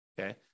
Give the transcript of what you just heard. Okay